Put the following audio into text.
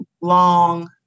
long